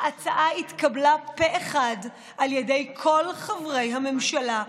ההצעה התקבלה פה אחד על ידי כל חברי הממשלה,